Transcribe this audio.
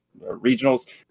Regionals